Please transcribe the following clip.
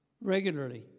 regularly